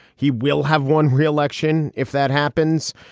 he will have won re-election if that happens.